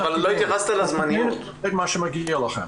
--- את מה שמגיע לכם.